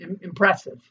impressive